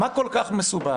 מה כל כך מסובך?